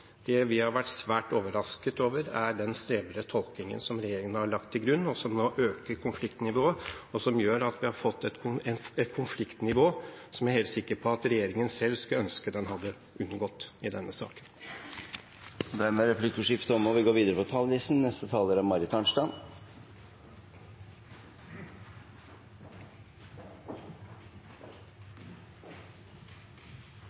Det vi har vært svært overrasket over, er den snevre tolkningen som regjeringen har lagt til grunn, og som nå øker konfliktnivået, og som gjør at vi nå har fått et konfliktnivå som jeg er helt sikker på at regjeringen selv skulle ønske den hadde unngått i denne saken. Dermed er replikkordskiftet omme.